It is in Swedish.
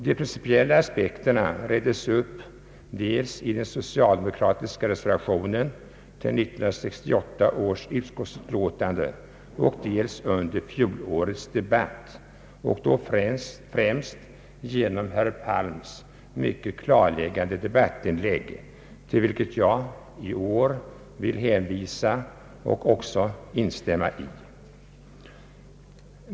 De principiella aspekterna reddes upp dels i den socialdemokratiska reservationen till 1968 års utskottsutlåtande, dels under fjolårets debatt och då främst genom herr Palms mycket klarläggande debattinlägg, vilket jag inte bara vill hänvisa till utan också instämma i.